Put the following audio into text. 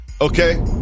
Okay